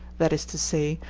that is to say,